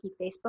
Facebook